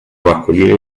masculina